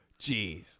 Jeez